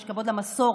יש כבוד למסורת,